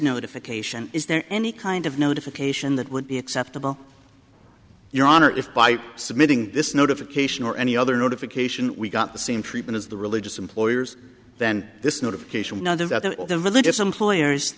notification is there any kind of notification that would be acceptable your honor if by submitting this notification or any other notification we got the same treatment as the religious employers then this notification other than the religious employers